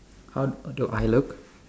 how do I look